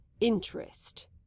interest